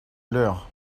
leur